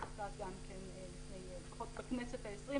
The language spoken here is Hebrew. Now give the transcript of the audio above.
שזה נחקק בכנסת העשרים,